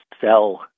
sell